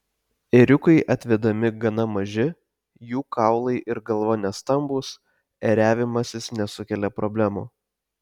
ėriukai atvedami gana maži jų kaulai ir galva nestambūs ėriavimasis nesukelia problemų